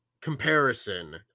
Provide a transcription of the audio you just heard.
comparison